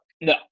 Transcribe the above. No